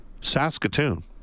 Saskatoon